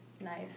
Nice